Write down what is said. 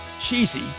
cheesy